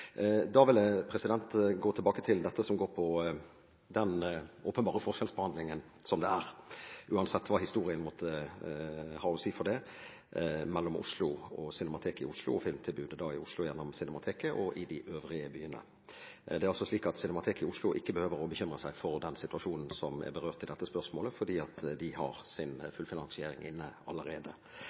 vil jeg gå tilbake til dette som går på den åpenbare forskjellsbehandlingen som er, uansett hva historien måtte ha å si for det, mellom Oslo og Cinemateket i Oslo og filmtilbudet i Oslo gjennom Cinemateket og de øvrige byene. Det er altså slik at Cinemateket i Oslo ikke behøver å bekymre seg for den situasjonen som er berørt i dette spørsmålet, fordi de har sin fullfinansiering inne allerede.